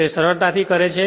તે સરળતાથી કરે છે